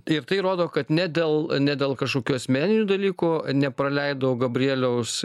tai ir tai rodo kad ne dėl ne dėl kažkokių asmeninių dalykų nepraleido gabrieliaus